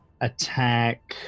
attack